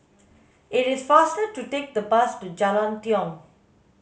it is faster to take the bus to Jalan Tiong